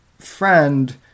friend